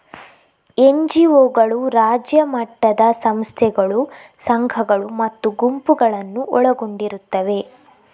ಎನ್.ಜಿ.ಒಗಳು ರಾಜ್ಯ ಮಟ್ಟದ ಸಂಸ್ಥೆಗಳು, ಸಂಘಗಳು ಮತ್ತು ಗುಂಪುಗಳನ್ನು ಒಳಗೊಂಡಿರುತ್ತವೆ